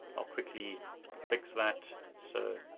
i'll quickly fix that, so,